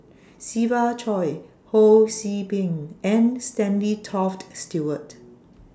Siva Choy Ho See Beng and Stanley Toft Stewart